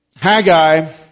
Haggai